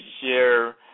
share